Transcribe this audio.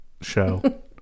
show